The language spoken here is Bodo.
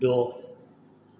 द'